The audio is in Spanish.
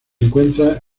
encuentra